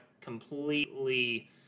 completely